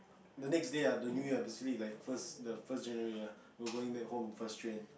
the next day ah the New Year basically like first the first January ah we're going back home first train